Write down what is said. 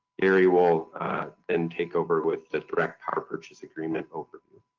gary will then take over with the direct power purchas agreement overview.